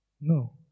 No